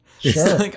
Sure